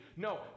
No